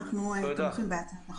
אנחנו תומכים בהצעת החוק.